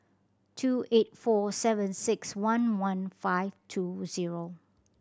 two eight four seven six one one five two zero